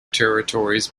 territories